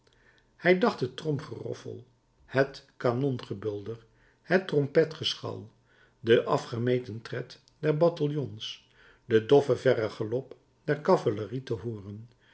hij dacht het tromgeroffel het kanongebulder het trompetgeschal den afgemeten tred der bataljons den doffen verren galop der cavalerie te hooren